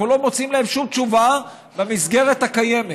אנחנו לא מוצאים להם שום תשובה במסגרת הקיימת.